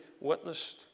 witnessed